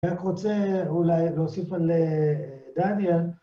רק רוצה אולי להוסיף על דניאל.